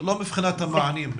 לא מבחינת המענים.